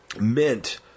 mint